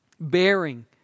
bearing